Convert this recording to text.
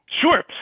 Sure